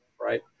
right